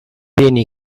vieni